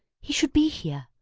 he should be here.